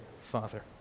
Father